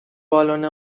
بالن